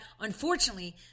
unfortunately